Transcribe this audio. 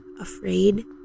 Afraid